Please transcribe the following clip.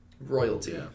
royalty